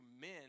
men